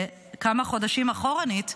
כמה חודשים אחורנית,